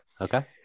Okay